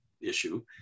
issue